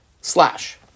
Slash